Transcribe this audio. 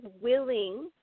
willing